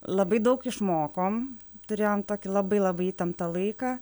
labai daug išmokom turėjom tokį labai labai įtemptą laiką